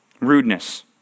Rudeness